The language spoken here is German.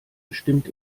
bestimmt